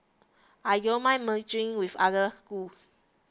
I don't mind merging with other schools